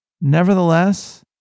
nevertheless